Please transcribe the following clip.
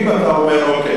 אם אתה אומר: אוקיי,